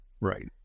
Right